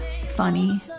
funny